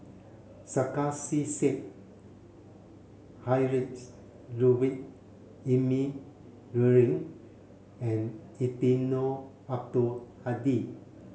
Sarkasi Said Heinrich Ludwig Emil Luering and Eddino Abdul Hadi